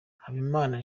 habimana